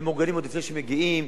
הם מאורגנים עוד לפני שהם מגיעים.